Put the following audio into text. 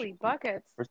buckets